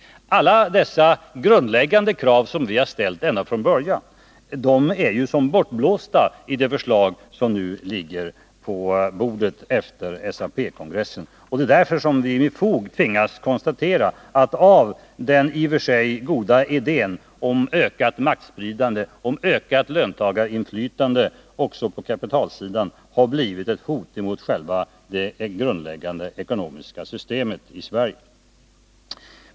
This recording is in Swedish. Alla dessa grundläggande krav, som vi har ställt ända från början, är som bortblåsta i det förslag som nu ligger på bordet efter SAP-kongressen. Det är därför vi med fog tvingas konstatera att det av den i och för sig goda idén om ökat maktspridande, om ökat löntagarinflytande också på kapitalsidan, har blivit ett hot mot själva det grundläggande ekonomiska systemet i Sverige.